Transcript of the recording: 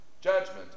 judgment